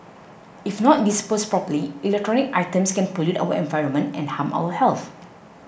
if not disposed properly electronic items can pollute our environment and harm our health